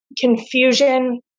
confusion